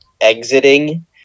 exiting